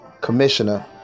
commissioner